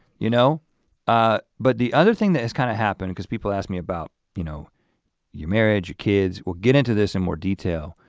you know ah but the other thing that has kind of happened because people ask me about you know your marriage, your kids, will get into this in more detail.